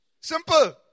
Simple